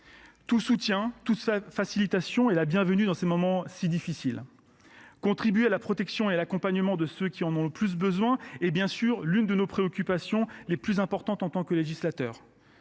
Tout soutien, toute facilitation est bienvenu dans ces moments si difficiles. Contribuer à la protection et à l’accompagnement de ceux qui en ont le plus besoin est, bien sûr, l’une de nos plus grandes préoccupations en tant que législateurs.